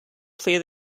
play